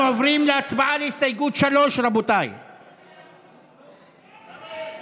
אנחנו עוברים להצבעה על הסתייגות 3. ההסתייגות